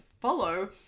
follow